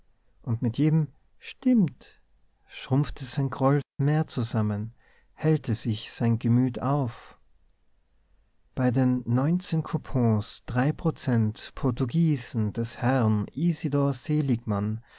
und mit jedem stimmt schrumpfte sein groll mehr zusammen hellte sich sein gemüt auf bei den neunzehn kus drei prozent portugiesen des herrn isidor seligmann